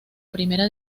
primera